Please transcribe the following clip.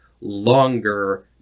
longer